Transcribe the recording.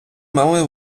мали